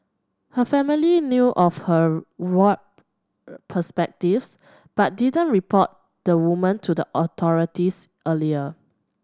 her family knew of her warped perspectives but didn't report the woman to the authorities earlier